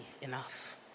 enough